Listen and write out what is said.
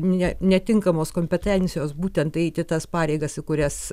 ne netinkamos kompetencijos būtent eiti tas pareigas į kurias